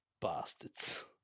Bastards